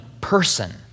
person